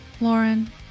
Lauren